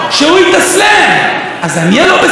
שהוא יתאסלם, אז אני הלא-בסדר?